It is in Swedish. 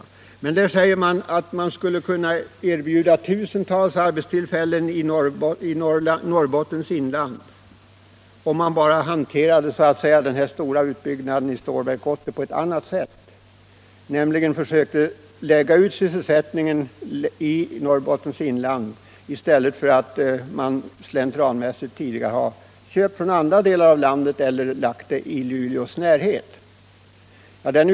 I denna utredning sägs emellertid enligt pressen att man skulle kunna erbjuda tusentals arbeten i Norrbottens inland, om bara frågan om utbyggnad av Stålverk 80 hanterades på ett annat sätt. En del av sysselsättningen kring Ståtverk 80 borde enligt denna utredning spridas i Norrlands inland. Tidigare har man slentrianmässigt köpt produkter från andra delar av landet eller byggt upp produktion i Luleå.